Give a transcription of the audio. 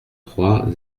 trois